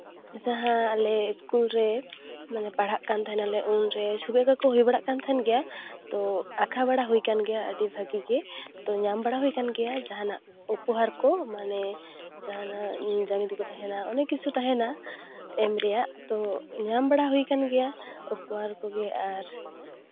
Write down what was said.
ᱡᱟᱦᱟᱸ ᱟᱞᱮ ᱤᱥᱠᱩᱞ ᱨᱮ ᱢᱟᱱᱮ ᱯᱟᱲᱦᱟᱜ ᱠᱟᱱ ᱛᱟᱦᱮᱱᱟᱞᱮ ᱩᱱᱨᱮ ᱪᱷᱚᱵᱤ ᱟᱸᱠᱟᱣ ᱠᱚ ᱦᱩᱭ ᱵᱟᱲᱟᱜ ᱠᱟᱱ ᱛᱟᱦᱮᱱ ᱜᱮᱭᱟ ᱛᱳ ᱟᱸᱠᱷᱟᱣ ᱵᱟᱲᱟ ᱦᱩᱭᱟᱠᱟᱱ ᱜᱮᱭᱟ ᱟᱹᱰᱤ ᱵᱷᱟᱜᱤ ᱛᱳ ᱧᱟᱢ ᱵᱟᱲᱟ ᱦᱩᱭ ᱠᱟᱱ ᱜᱮᱭᱟ ᱡᱟᱦᱟᱱᱟᱜ ᱩᱯᱚᱦᱟᱨ ᱠᱚ ᱢᱟᱱᱮ ᱡᱟᱦᱟᱱᱟᱜ ᱡᱟᱢᱤᱛᱤ ᱠᱚ ᱛᱟᱦᱮᱱᱟ ᱚᱱᱮᱠ ᱠᱤᱪᱷᱩ ᱛᱟᱦᱮᱱᱟ ᱮᱢ ᱨᱮᱭᱟᱜ ᱛᱳ ᱧᱟᱢ ᱵᱟᱲᱟ ᱦᱩᱭ ᱠᱟᱱ ᱜᱮᱭᱟ ᱩᱯᱚᱦᱟᱨ ᱠᱚᱜᱮ ᱟᱨ